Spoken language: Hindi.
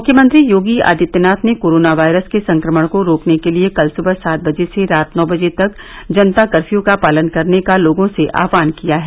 मुख्यमंत्री योगी आदित्यनाथ ने कोरोना वायरस के संक्रमण को रोकने के लिये कल सुबह सात बजे से रात नौ बजे तक जनता कर्फ्यू का पालन करने का लोगों से आह्वान किया है